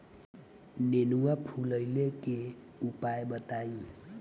नेनुआ फुलईले के उपाय बताईं?